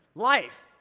life,